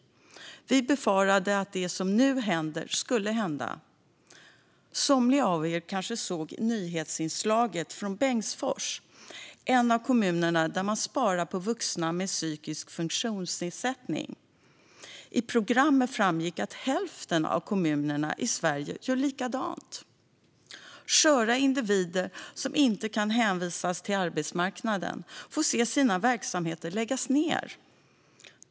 Vi befarade att det som nu händer skulle hända. Somliga av er såg kanske nyhetsinslaget från Bengtsfors, en av kommunerna där man sparar på vuxna med psykisk funktionsnedsättning. I programmet framgick att hälften av kommunerna i Sverige gör likadant. Sköra individer som inte kan hänvisas till arbetsmarknaden får se sina verksamheter läggas ned.